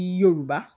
yoruba